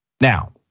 Now